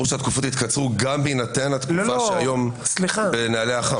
ברור שהתקופות יתקצרו גם בהינתן התקופה שהיום בנהלי אח"מ.